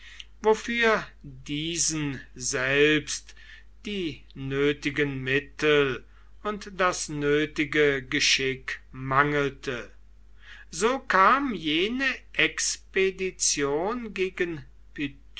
wofür diesen selbst die nötigen mittel und das nötige geschick mangelte so kam jene expedition gegen